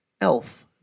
Elf